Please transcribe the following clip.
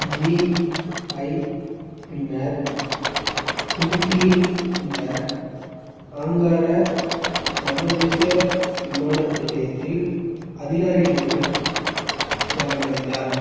GI பின்னர் துருக்கியில் உள்ள ஆங்கார சர்வதேச விமான நிலையத்தில் அதிகாரிகளிடம் சரணடைந்தார்